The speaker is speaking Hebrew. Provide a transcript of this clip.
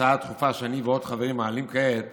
להצעה הדחופה שאני ועוד חברים מעלים כעת